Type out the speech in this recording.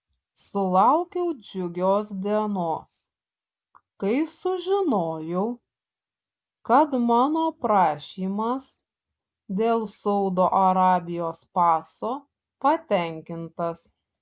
sulaukiau džiugios dienos kai sužinojau kad mano prašymas dėl saudo arabijos paso patenkintas